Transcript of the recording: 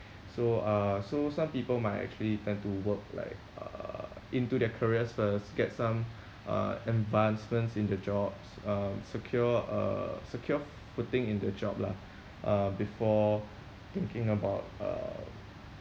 so uh so some people might actually tend to work like uh into their careers first get some uh advancements in their jobs um secure uh secure footing in the job lah uh before thinking about uh